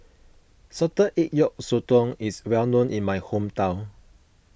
Salted Egg Yolk Sotong is well known in my hometown